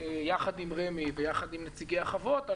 יחד עם רמ"י ויחד עם נציגי החוות,